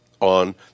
on